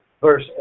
Verse